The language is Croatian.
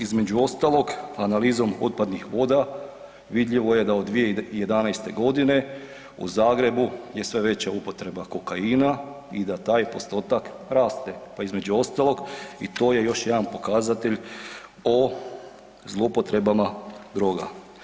Između ostalog analizom otpadnih voda vidljivo je da od 2011. godine u Zagrebu je sve veća upotreba kokaina i da taj postotak raste, pa između ostalog i to je još jedan pokazatelj o zloupotrebama droga.